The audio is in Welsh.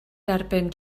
derbyn